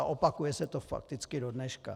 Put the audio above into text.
Opakuje se fakticky dodneška.